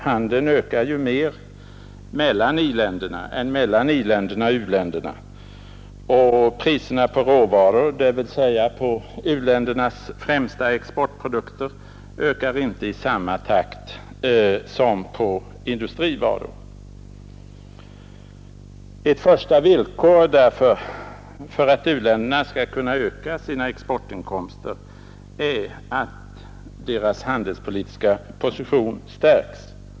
Handeln ökar mera mellan i-länderna sinsemellan än mellan i-länderna och u-länderna. Priserna på råvaror, dvs. u-ländernas främsta exportprodukter, ökar inte i samma takt som på industrivaror. Det första villkoret för att u-länderna skall kunna öka sina exportinkomster är därför att deras handelspolitiska position stärks.